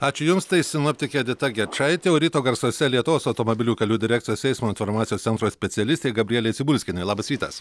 ačiū jums tai sinoptikė edita gečaitė o ryto garsuose lietuvos automobilių kelių direkcijos eismo informacijos centro specialistė gabrielė cibulskienė labas rytas